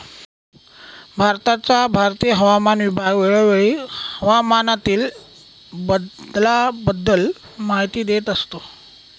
भारताचा भारतीय हवामान विभाग वेळोवेळी हवामानातील बदलाबद्दल माहिती देत असतो